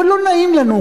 לא נעים לנו,